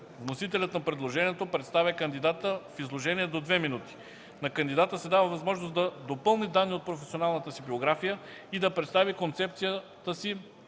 Вносителят на предложението представя кандидата в изложение до 2 минути. На кандидата се дава възможност да допълни данни от професионалната си биография и да представи концепцията си